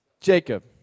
Jacob